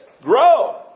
grow